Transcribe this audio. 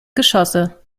geschosse